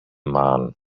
man